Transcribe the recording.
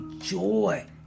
joy